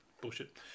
bullshit